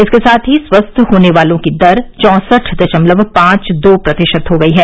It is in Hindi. इसके साथ ही स्वस्थ होने वालों की दर चौंसठ दशमलव पांच दो प्रतिशत हो गई है